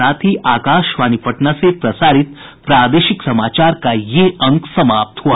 इसके साथ ही आकाशवाणी पटना से प्रसारित प्रादेशिक समाचार का ये अंक समाप्त हुआ